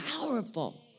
powerful